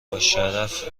باشرف